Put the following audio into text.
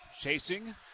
Chasing